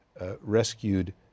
rescued